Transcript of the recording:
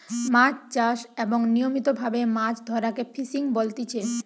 মাছ চাষ এবং নিয়মিত ভাবে মাছ ধরাকে ফিসিং বলতিচ্ছে